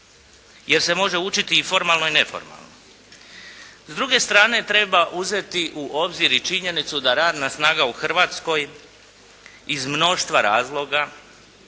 jer se može učiti i formalno i neformalno. S druge strane treba uzeti u obzir i činjenicu da radna snaga u Hrvatskoj iz mnoštva razlika